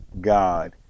God